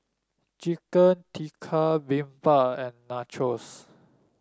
Chicken Tikka Bibimbap and Nachos